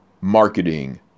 marketing